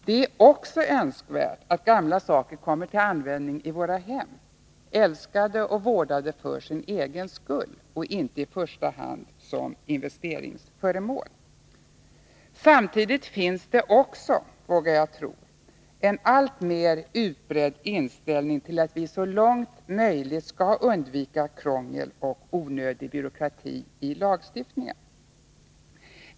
Det är också önskvärt att gamla saker kommer till användning i våra hem, uppskattade och vårdade för sin egen skull och inte i första hand som investeringsföremål. Samtidigt finns det också, vågar jag tro, en alltmer utbredd uppfattning att vi så långt möjligt skall undvika krångel och onödig byråkrati i lagstiftningen.